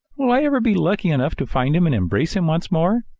will i ever be lucky enough to find him and embrace him once more?